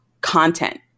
content